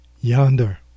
Yonder